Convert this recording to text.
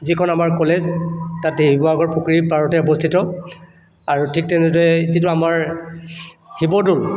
যিখন আমাৰ কলেজ তাতেই শিৱসাগৰ পুখুৰীৰ পাৰতেই অৱস্থিত আৰু ঠিক তেনেদৰে যিটো আমাৰ শিৱদৌল